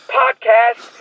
podcast